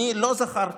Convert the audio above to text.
אני לא זכרתי